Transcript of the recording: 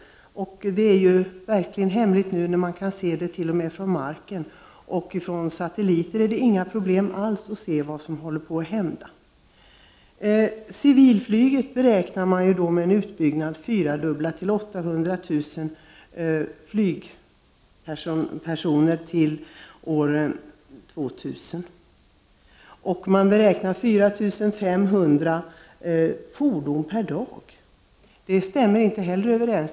Vad som håller på att hända är ju verkligen hemligt nu när man t.o.m. kan se det från marken. Inte heller är det något problem alls att se det från satellit. Med en utbyggnad beräknas civilflyget fyrdubblas till 800000 passagerare till år 2000. Antalet fordon beräknas till 4 500 per dag. Detta stämmer inte heller.